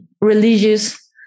religious